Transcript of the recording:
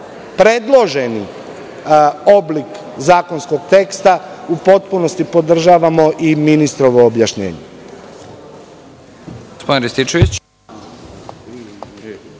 predloženi oblik zakonskog teksta, u potpunosti podržavamo i ministrovo objašnjenje.